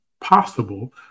possible